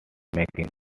making